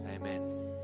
amen